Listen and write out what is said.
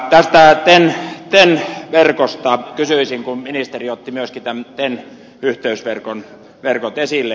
tästä ten verkosta kysyisin kun ministeri otti myöskin nämä ten yhteysverkot esille